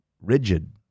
rigid